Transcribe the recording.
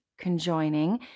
conjoining